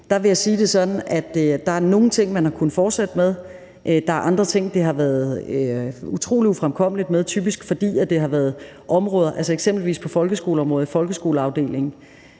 er der nogle ting, man har kunnet fortsætte med, og der er andre ting, der har været utrolig ufremkommelige, typisk fordi det har været områder, eksempelvis på folkeskoleområdet, i folkeskoleafdelingen,